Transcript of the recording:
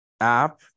app